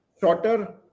shorter